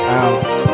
out